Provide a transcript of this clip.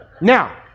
now